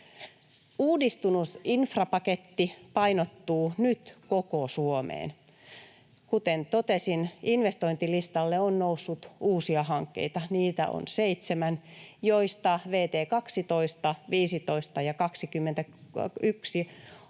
Uudistunut infrapaketti painottuu nyt koko Suomeen. Kuten totesin, investointilistalle on noussut uusia hankkeita. Niitä on seitsemän, joista vt 12, 15 ja 21